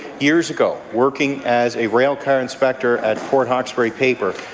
years ago, working as a railcar inspector at port hawkesbury paper,